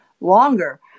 longer